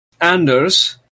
Anders